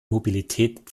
mobilität